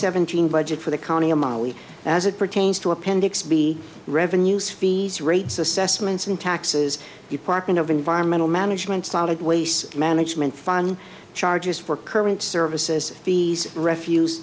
seventeen budget for the county of mali as it pertains to appendix b revenues fees rates assessments and taxes department of environmental management solid waste management fun charges for current services the refuse